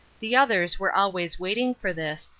the others were always waiting for this,